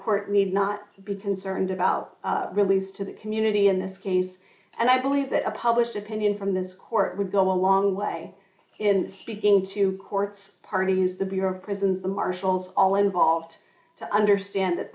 court need not be concerned about release to the community in this case and i believe that a published opinion from this court would go a long way in speaking to courts parties the bureau of prisons the marshals all involved to understand that